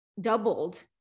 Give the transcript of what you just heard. doubled